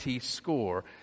score